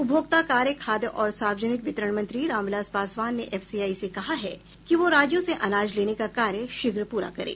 उपभोक्ता कार्य खाद्य और सार्वजनिक वितरण मंत्री राम विलास पासवान ने एफसीआई से कहा है कि वह राज्यों से अनाज लेने का कार्य शीघ्र पूरा करे